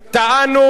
טענו,